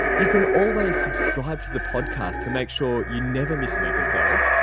you can always subscribe to the podcast to make sure you never miss an episode,